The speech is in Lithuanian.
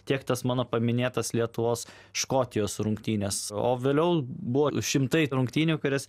tiek tas mano paminėtas lietuvos škotijos rungtynes o vėliau buvo šimtai rungtynių kurias